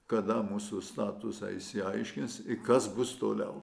kada mūsų statusą išsiaiškins kas bus toliau